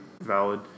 valid